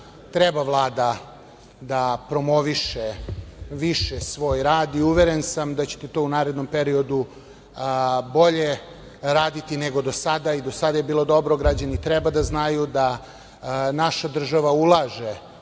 treba Vlada da promoviše više svoj rad i uveren sam da ćete to u narednom periodu bolje raditi, nego do sada, i do sada je bilo dobro. Građani treba da znaju da naša država ulaže